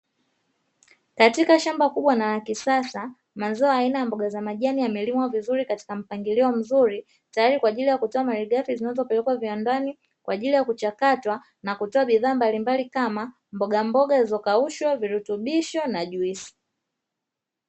Katika shamba kubwa na la kisasa, mazao aina ya mboga ya majani yamelimwa vizuri katika mpangilio mzuri, tayari kwa ajili ya kutoa malighafi zinazopelekwa viwandani kwa ajili ya kuchakatwa na kutoa bidhaa mbalimbali kama mbogamboga zilizokaushwa, virutubisho na juisi.